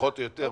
פחות או יותר.